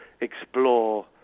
explore